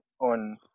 on